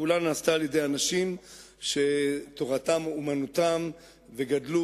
כולה נעשתה על-ידי אנשים שתורתם אומנותם וגדלו